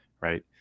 right